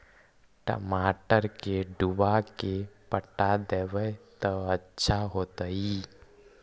टमाटर के डुबा के पटा देबै त अच्छा होतई?